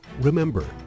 Remember